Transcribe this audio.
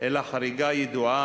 אלא חריגה ידועה,